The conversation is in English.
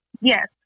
Yes